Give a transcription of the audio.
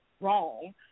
wrong